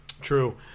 True